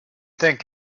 think